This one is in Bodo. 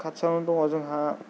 खाथियावनो दङ' जोंहा